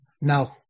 No